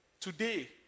Today